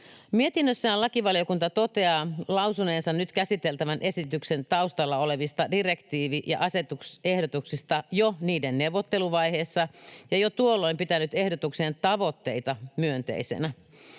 Mietinnössään lakivaliokunta toteaa lausuneensa nyt käsiteltävän esityksen taustalla olevista direktiivi- ja asetusehdotuksista jo niiden neuvotteluvaiheessa ja jo tuolloin pitäneensä ehdotuksen tavoitteita myönteisenä.